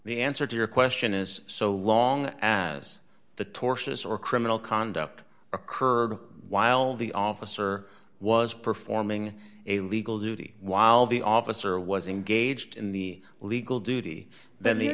the answer to your question is so long as the tortious or criminal conduct occurred while the officer was performing a legal duty while the officer was engaged in the legal duty then the